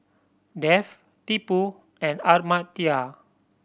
Dev Tipu and Amartya